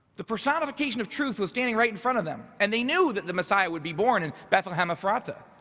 the personification of truth was standing right in front of them. and they knew that the messiah would be born in bethlehem ephrathah,